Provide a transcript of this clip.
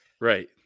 Right